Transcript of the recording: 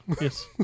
yes